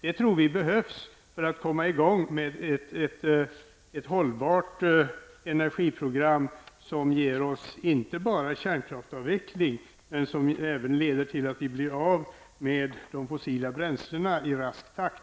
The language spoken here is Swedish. Vi tror att detta behövs för att komma i gång med ett hållbart energiprogram, som inte bara ger oss kärnkraftsavveckling utan som också leder till att vi blir av med de fossila bränslena i rask takt.